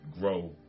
grow